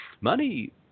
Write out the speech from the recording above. money